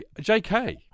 JK